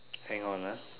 hang on ah